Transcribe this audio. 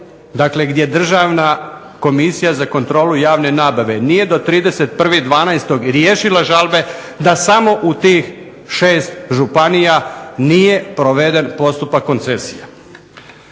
gdje Državna komisija za kontrolu javne nabave nije do 31.12. riješila žalbe da samo u tih 6 županija nije proveden postupak koncesija.